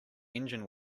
engine